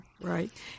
Right